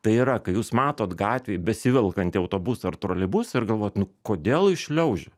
tai yra kai jūs matot gatvėj besivelkantį autobusą ar troleibusą ir galvojat nu kodėl jis šliaužia